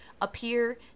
appear